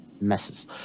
Messes